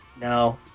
no